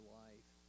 life